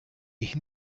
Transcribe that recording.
ich